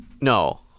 no